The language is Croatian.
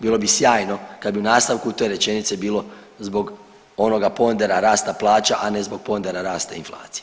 Bilo bi sjajno kad bi u nastavku te rečenice bilo zbog onoga pondera rasta plaća, a ne zbog pondera rasta inflacije.